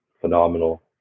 phenomenal